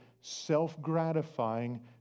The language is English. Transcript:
self-gratifying